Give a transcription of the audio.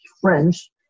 French